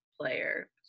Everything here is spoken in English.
player